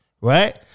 right